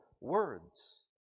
words